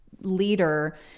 leader